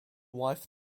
wife